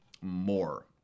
more